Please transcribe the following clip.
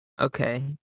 Okay